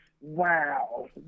Wow